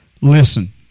listen